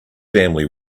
family